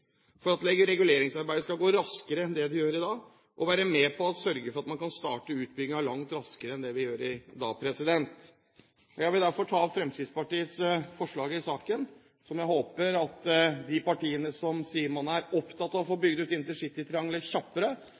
at man bør benytte statlig regulering for at reguleringsarbeidet skal gå raskere enn det gjør i dag og være med på å sørge for at man kan starte utbyggingen langt raskere enn det vi gjør i dag. Jeg vil derfor ta opp Fremskrittspartiets forslag i saken, som jeg håper at de partiene som sier at de er opptatt av å få bygd ut intercitytriangelet kjappere,